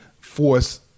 force